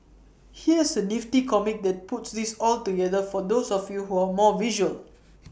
here's A nifty comic that puts this all together for those of you who are more visual